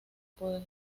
poder